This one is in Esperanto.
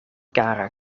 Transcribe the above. kara